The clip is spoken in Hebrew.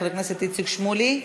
חבר הכנסת איציק שמולי,